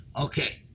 Okay